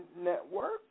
network